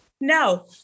no